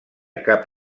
cap